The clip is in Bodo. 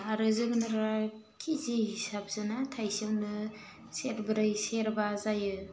दा आरो जोगोनारा केजि हिसाबसो ना थाइसेयावनो सेरब्रै सेरबा जायो